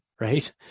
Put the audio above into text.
right